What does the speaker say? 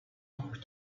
awkward